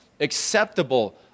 acceptable